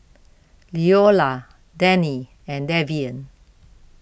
Leola Dennie and Davian